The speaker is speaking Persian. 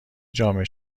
جامعه